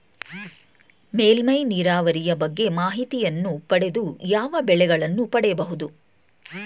ಮೇಲ್ಮೈ ನೀರಾವರಿಯ ಬಗ್ಗೆ ಮಾಹಿತಿಯನ್ನು ಪಡೆದು ಯಾವ ಬೆಳೆಗಳನ್ನು ಬೆಳೆಯಬಹುದು?